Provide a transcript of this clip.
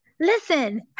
Listen